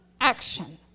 action